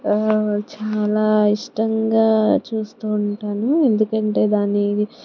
చాలా ఇష్టంగా చూస్తూ ఉంటాను ఎందుకంటే దాన్ని